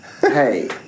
Hey